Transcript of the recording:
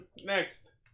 Next